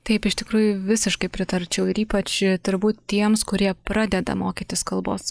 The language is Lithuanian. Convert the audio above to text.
taip iš tikrųjų visiškai pritarčiau ir ypač turbūt tiems kurie pradeda mokytis kalbos